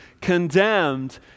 condemned